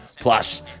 Plus